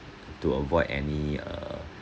to avoid any err